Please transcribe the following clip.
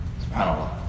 SubhanAllah